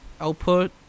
output